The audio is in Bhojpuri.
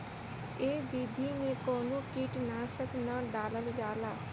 ए विधि में कवनो कीट नाशक ना डालल जाला